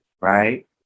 right